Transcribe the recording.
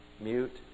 mute